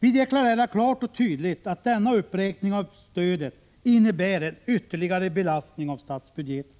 Vi deklarerar klart och tydligt att denna uppräkning av stödet innebär en ytterligare belastning av statsbudgeten